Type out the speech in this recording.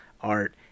art